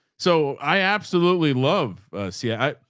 so i absolutely love see, i,